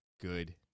good